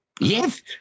Yes